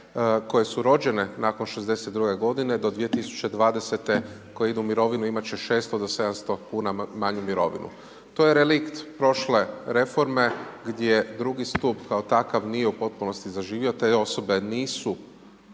koje su rođene nakon '62. g. do 2020. koje idu u mirovinu imati će 600-700 kn manju mirovinu. To je relikt prošle reforme gdje drugi stup kao takav nije u potpunosti zaživio, te osobe nisu